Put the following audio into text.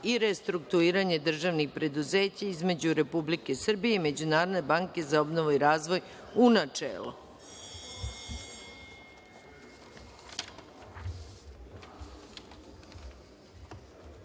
i restrukturiranje državnih preduzeća) između Republike Srbije i Međunarodne banke za obnovu i razvoj, u